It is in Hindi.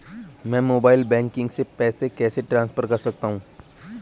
मैं मोबाइल बैंकिंग से पैसे कैसे ट्रांसफर कर सकता हूं?